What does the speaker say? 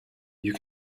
you